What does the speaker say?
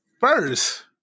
First